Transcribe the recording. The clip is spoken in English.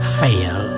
fail